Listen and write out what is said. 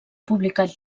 publicat